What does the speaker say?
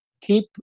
keep